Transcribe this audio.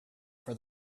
for